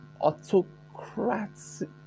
Autocracy